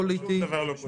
שום דבר לא פוליטי.